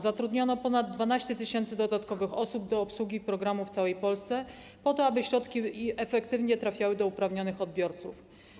Zatrudniono ponad 12 tys. dodatkowych osób do obsługi programu w całej Polsce, po to aby środki efektywnie trafiały do uprawnionych odbiorców.